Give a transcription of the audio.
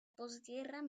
posguerra